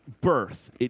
birth